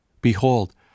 Behold